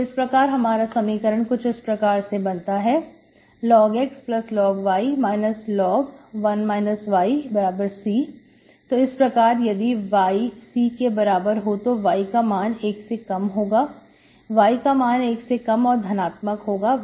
तो इस प्रकार हमारा समीकरण कुछ इस प्रकार से प्राप्त बनता है log x log y log⁡C तो इस प्रकार यदि y C के बराबर है तो y का मान 1 से कम होगा y का मान 1 से कम और धनात्मक होगा